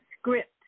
script